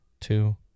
Two